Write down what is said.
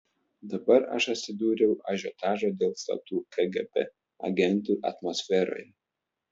dabar aš atsidūriau ažiotažo dėl slaptų kgb agentų atmosferoje